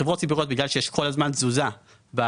בחברות ציבוריות בגלל שיש כל הזמן תזוזה במניות,